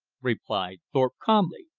replied thorpe calmly.